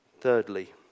Thirdly